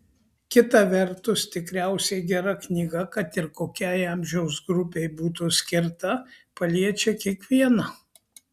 kita vertus tikriausiai gera knyga kad ir kokiai amžiaus grupei būtų skirta paliečia kiekvieną